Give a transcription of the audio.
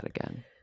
again